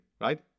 right